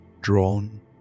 drawn